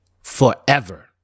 forever